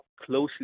closely